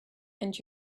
and